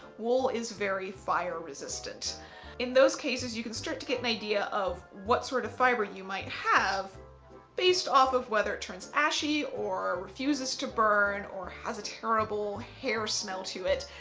wool is very fire-resistant. in those cases, you can start to get an idea of what sort of fiber you might have based off of whether it turns ashy or refuses to burn or has a terrible hair smell to it.